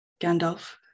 Gandalf